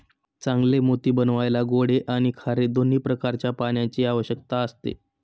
चांगले मोती बनवायला गोडे आणि खारे दोन्ही प्रकारच्या पाण्याची आवश्यकता असते